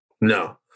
No